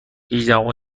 هجدهمین